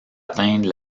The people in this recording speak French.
atteindre